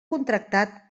contractat